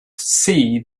see